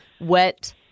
wet